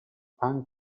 pan